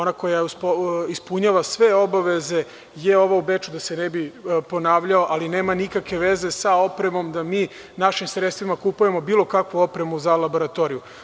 Ona koja ispunjava sve obaveze je ova u Beču, da se ne bih ponavljao, ali nema nikakve veze sa opremom da mi našim sredstvima kupujemo bilo kakvu opremu za laboratoriju.